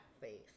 face